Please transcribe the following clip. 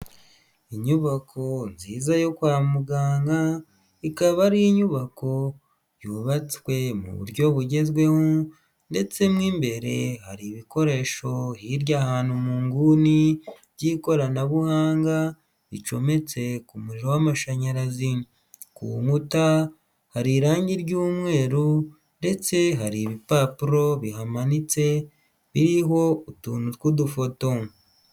Inyubako nziza yo kwa muganga, ikaba ari inyubako yubatswe mu buryo bugezweho ndetse mo imbere hari ibikoresho hirya ahantu mu nguni by'ikoranabuhanga bicometse ku muriro w'amashanyarazi, ku nkuta hari irangi ry'umweru ndetse hari ibipapuro bihamanitse biriho utuntu tw'udufoto.